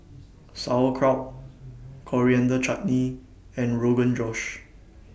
Sauerkraut Coriander Chutney and Rogan Josh